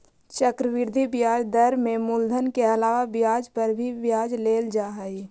चक्रवृद्धि ब्याज दर में मूलधन के अलावा ब्याज पर भी ब्याज लेल जा हई